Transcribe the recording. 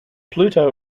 pluto